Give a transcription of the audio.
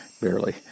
Barely